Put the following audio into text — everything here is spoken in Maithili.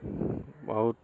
बहुत